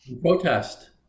protest